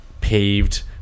paved